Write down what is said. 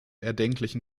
erdenklichen